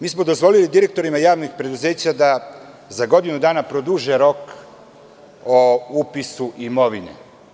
Dozvolili smo direktorima javnih preduzeća da za godinu dana produže rok o upisu imovine.